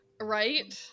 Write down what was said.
right